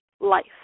life